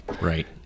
right